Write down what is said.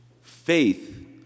Faith